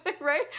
right